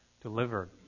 delivered